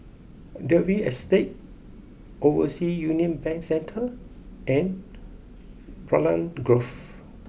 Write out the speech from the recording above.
Dalvey Estate Overseas Union Bank Centre and Raglan Grove